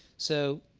so